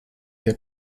der